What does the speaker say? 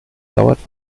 dauert